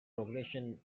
progression